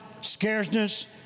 scarceness